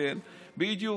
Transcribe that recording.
בדיוק.